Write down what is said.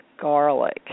garlic